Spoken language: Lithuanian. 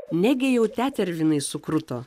negi jau tetervinai sukruto